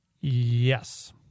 Yes